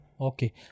Okay